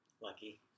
Lucky